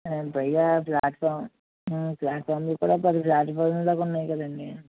పైగా ప్లాట్ఫారం ప్లాట్ఫారంలు కూడా పెద్ద రాజభవనంలా ఉన్నాయి కదండి